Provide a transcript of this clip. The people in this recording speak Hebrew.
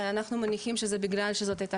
אבל אנחנו מניחים שזה בגלל שזאת הייתה